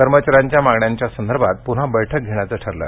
कर्मचाऱ्यांच्या मागण्यांसंदर्भात पुन्हा बैठक घेण्याचं ठरलं